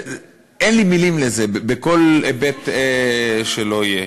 אין לי מילים על זה, בכל היבט שלא יהיה.